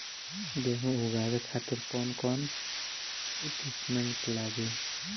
गेहूं उगावे खातिर कौन कौन इक्विप्मेंट्स लागी?